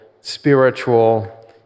spiritual